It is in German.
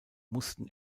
mussten